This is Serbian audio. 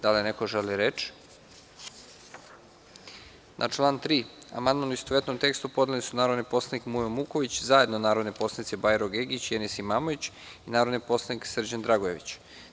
Da li neko želi reč? (Ne) Na član 3. amandman, u istovetnom tekstu, podneli su narodni poslanik Mujo Muković, zajedno narodni poslanici Bajro Gegić i Enis Imamović i narodni poslanik Srđan Dragojević.